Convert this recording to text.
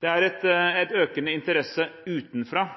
Det er en økende interesse utenfor